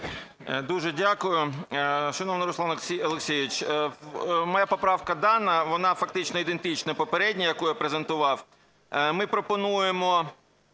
Дуже дякую. Шановний Руслан Олексійович, моя поправка дана, вона фактично ідентична попередній, яку я презентував. Ми пропонуємо